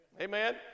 Amen